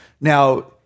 Now